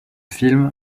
film